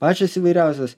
pačios įvairiausios